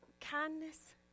kindness